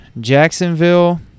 Jacksonville